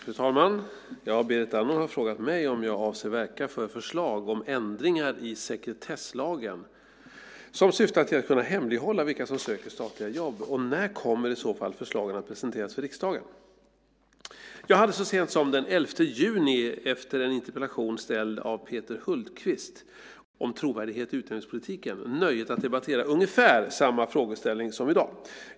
Fru talman! Berit Andnor har frågat mig om jag avser att verka för förslag om ändringar i sekretesslagen som syftar till att kunna hemlighålla vilka som söker statliga jobb och när förslagen i så fall kommer att presenteras för riksdagen. Jag hade så sent som den 11 juni efter en interpellation ställd av Peter Hultqvist, 2006/07:550, om trovärdighet i utnämningspolitiken nöjet att debattera ungefär samma frågeställning som i dag.